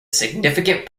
significant